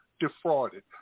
defrauded